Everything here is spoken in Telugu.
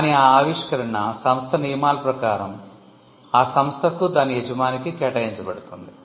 కానీ ఆ ఆవిష్కరణ సంస్థ నియమాల ప్రకారం ఆ సంస్థకు దాని యజమానికి కేటాయించబడుతుంది